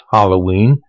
Halloween